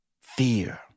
Fear